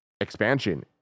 expansion